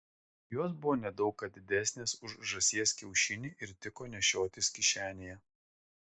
jos buvo ne daug ką didesnės už žąsies kiaušinį ir tiko nešiotis kišenėje